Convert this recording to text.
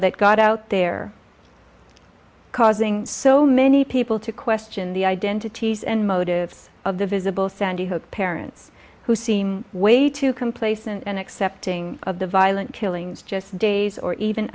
that got out there causing so many people to question the identities and motives of the visible sandy hook parents who seem way too complacent and accepting of the violent killings just days or even